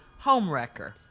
Homewrecker